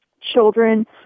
children